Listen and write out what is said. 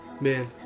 Man